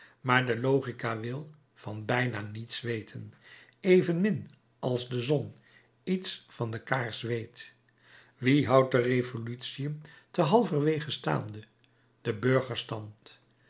maar de logica wil van bijna niets weten evenmin als de zon iets van de kaars weet wie houdt de revolutiën te halverwege staande de